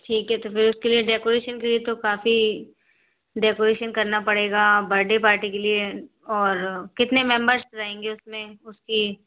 ठीक है तो फिर उसके लिए डेकोरेशन के लिए काफ़ी डेकोरेशन करना पड़ेगा बर्थडे पार्टी के लिए और कितने मेम्बेर्स रहेंगे उसमें जी